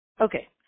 Okay